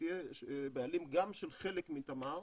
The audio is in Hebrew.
שתהיה בעלים גם של חלק מתמר